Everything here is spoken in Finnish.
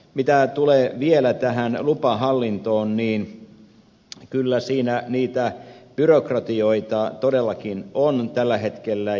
mitä tulee vielä tähän lupahallintoon niin kyllä siinä niitä byrokratioita todellakin on tällä hetkellä